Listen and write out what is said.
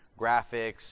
graphics